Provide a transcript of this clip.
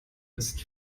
ist